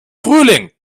frühling